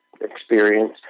experience